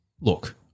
look